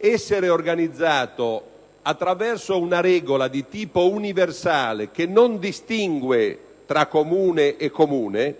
essere organizzato attraverso una regola di tipo universale, che non distingue tra Comune e Comune,